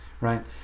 right